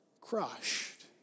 crushed